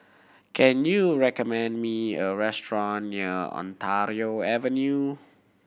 can you recommend me a restaurant near Ontario Avenue